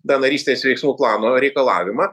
tą narystės veiksmų plano reikalavimą